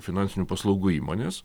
finansinių paslaugų įmonės